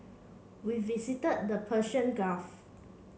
we visited the Persian Gulf